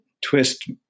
twist